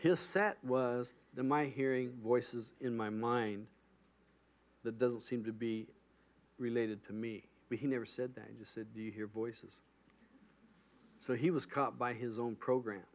his set was the my hearing voices in my mind that doesn't seem to be related to me but he never said that i just said do you hear voices so he was caught by his own program